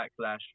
backlash